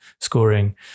scoring